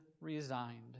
resigned